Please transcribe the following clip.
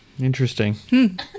interesting